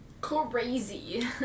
Crazy